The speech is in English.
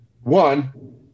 One